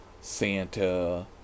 Santa